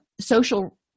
social